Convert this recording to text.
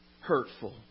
hurtful